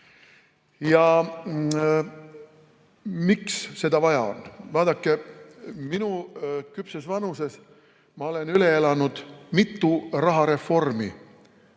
Miks seda vaja on? Vaadake, oma küpses vanuses ma olen üle elanud mitu rahareformi,